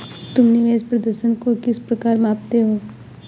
तुम निवेश प्रदर्शन को किस प्रकार मापते हो?